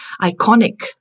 iconic